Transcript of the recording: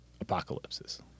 Apocalypses